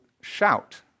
shout